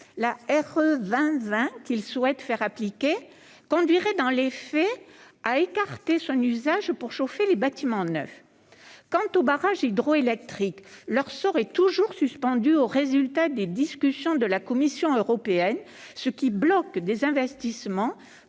la RE 2020 qu'il souhaite faire appliquer conduirait, dans les faits, à écarter son usage pour chauffer les bâtiments neufs. Quant aux barrages hydroélectriques, leur sort est toujours suspendu aux résultats des discussions avec la Commission européenne, ce qui bloque des investissements